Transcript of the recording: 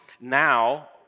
now